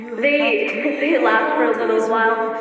they they laughed for a little while.